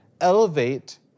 elevate